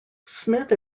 smith